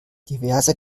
diverse